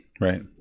right